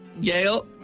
Yale